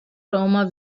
roma